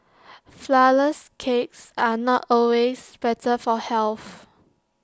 Flourless Cakes are not always better for health